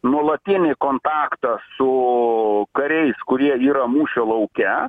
nuolatinį kontaktą su kariais kurie yra mūšio lauke